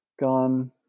gone